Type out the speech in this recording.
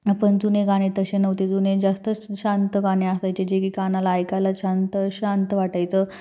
आपण जुने गाणे तसे नव्हते जुने जास्तच शांत गाणे असायचे जे की कानाला ऐकायला शांतशांत वाटायचं